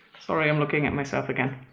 sorry, i'm looking at myself again.